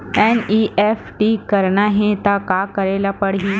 NEFT करना हे त का करे ल पड़हि?